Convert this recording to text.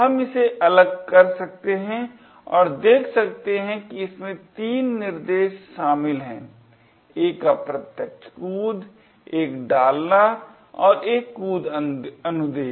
हम इसे अलग कर सकते हैं और देख सकते हैं कि इसमें तीन निर्देश शामिल हैं एक अप्रत्यक्ष कूद एक डालना और एक कूद अनुदेश